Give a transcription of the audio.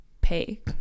pay